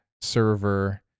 server